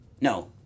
No